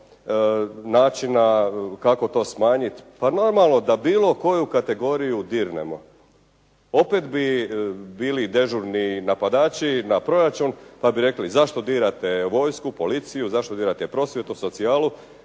načina kako to smanjiti. Pa normalno da bilo koju kategoriju dirnemo, opet bi bili dežurni napadači na proračun, pa bi rekli zašto dirate vojsku, policiju, zašto dirate prosvjetu, socijalu.